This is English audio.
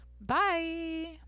Bye